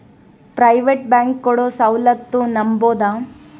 Private bank ಕೊಡೊ ಸೌಲತ್ತು ನಂಬಬೋದ?